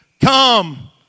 Come